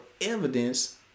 evidence